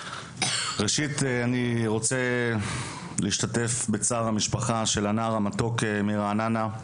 ראשית אני רוצה להשתתף בצער המשפחה של הנער המתוק מרעננה,